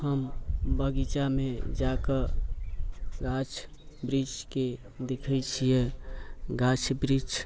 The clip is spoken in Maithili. हम बगीचामे जा कऽ गाछ वृक्षकेँ देखैत छियै गाछ वृक्ष